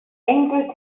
angel